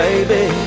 Baby